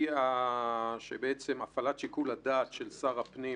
למעשה הפעלת שיקול הדעת של שר הפנים